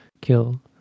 kill